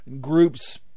groups